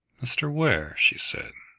mr. ware, she said,